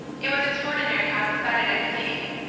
it was extraordinary how excited i became.